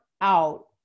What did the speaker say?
out